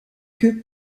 queue